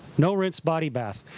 no rinse body bath.